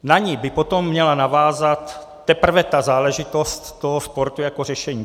Na ni by potom měla navázat teprve ta záležitost toho sportu jako řešení.